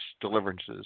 deliverances